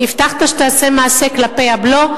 הבטחת שאתה תעשה מעשה כלפי הבלו,